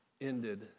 ended